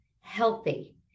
healthy